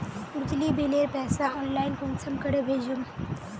बिजली बिलेर पैसा ऑनलाइन कुंसम करे भेजुम?